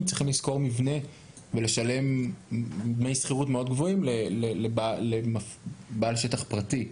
צריכים לשכור מבנה ולשלם דמי שכירות מאוד גבוהים לבעל שטח פרטי?